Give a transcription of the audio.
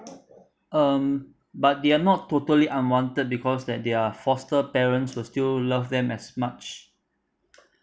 um but they are not totally unwanted because that their foster parents will still love them as much